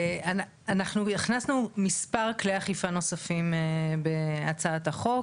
אנחנו הכנסנו מספר כלי אכיפה נוספים בהצעת החוק.